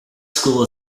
school